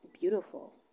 beautiful